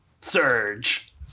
Surge